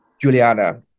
Juliana